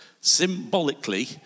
symbolically